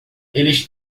eles